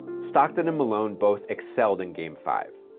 stockton and malone both excelled in game five.